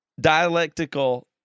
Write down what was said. dialectical